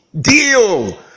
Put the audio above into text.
deal